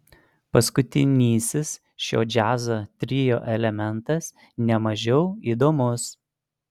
paskutinysis šio džiazo trio elementas ne mažiau įdomus